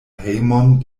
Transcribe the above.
hejmon